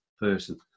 person